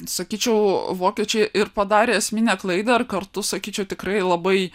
sakyčiau vokiečiai ir padarė esminę klaidą ir kartu sakyčiau tikrai labai